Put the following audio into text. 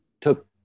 took